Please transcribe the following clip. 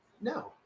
No